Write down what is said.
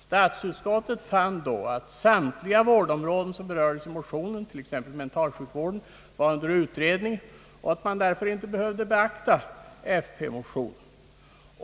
Statsutskottet fann då att samtliga vårdområden som berördes i motionen, t.ex. mentalsjukvården, var under utredning och att man därför inte behövde beakta motionen.